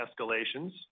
escalations